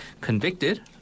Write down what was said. convicted